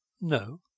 No